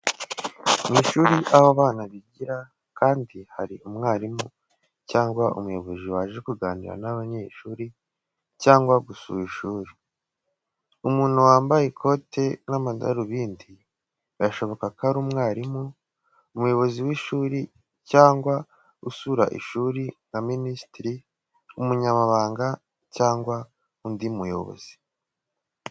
Mu ishuri aho abana bigira, kandi hari umwarimu cyangwa umuyobozi waje kuganira n'abanyeshuri cyangwa gusura ishuri. Umuntu wambaye ikote n’amadarubindi, birashoboka ko ari umwarimu, umuyobozi w’ishuri, cyangwa usura ishuri nka minisitiri, umunyamabanga, cyangwa undi muyobozi.